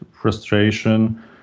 frustration